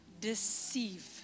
deceive